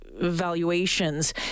valuations